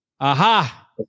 Aha